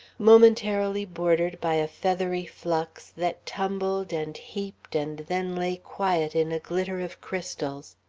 momentarily bordered by a feathery flux, that tumbled and heaped and then lay quiet in a glitter of crystals.